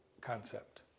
concept